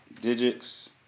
digits